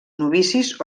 novicis